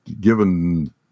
given